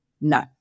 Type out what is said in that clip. no